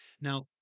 Now